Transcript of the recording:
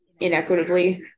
inequitably